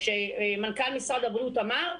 שמנכ"ל משרד הבריאות אמר,